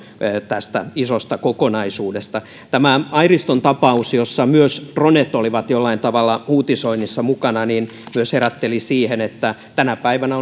tästä isosta kokonaisuudesta tämä airiston tapaus jossa myös dronet olivat jollain tavalla uutisoinnissa mukana myös herätteli siihen että tänä päivänä